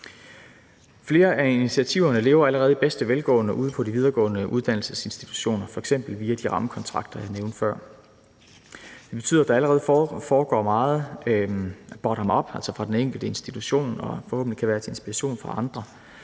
Flere af initiativerne lever allerede i bedste velgående ude på de videregående uddannelsesinstitutioner, f.eks. via de rammekontrakter, jeg nævnte før. Det betyder, at der allerede foregår meget bottom up, altså fra den enkelte institution, som forhåbentlig kan være til inspiration for andre,